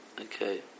okay